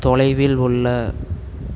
தொலைவில் உள்ள